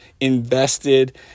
invested